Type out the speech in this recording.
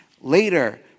Later